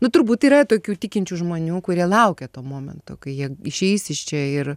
nu turbūt yra tokių tikinčių žmonių kurie laukia to momento kai jie išeis iš čia ir